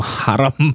haram